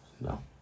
no